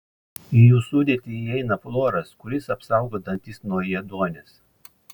į jų sudėtį įeina fluoras kuris apsaugo dantis nuo ėduonies